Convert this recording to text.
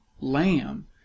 lamb